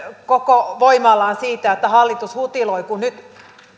koko voimallaan siitä että hallitus hutiloi kun nyt